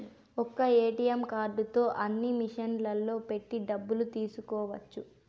ఒక్క ఏటీఎం కార్డుతో అన్ని మిషన్లలో పెట్టి డబ్బులు తీసుకోవచ్చు